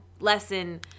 lesson